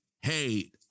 Hey